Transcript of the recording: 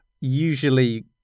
usually